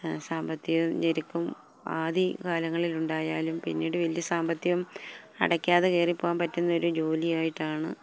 സാമ്പത്തികഞെരുക്കം ആദ്യകാലങ്ങളിലുണ്ടായാലും പിന്നീട് വലിയ സാമ്പത്തികം അടയ്ക്കാതെ കയറിപ്പോകാൻ പറ്റുന്ന ഒരു ജോലിയായിട്ടാണ്